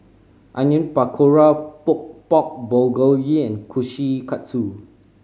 Onion Pakora Pork Bulgogi Kushikatsu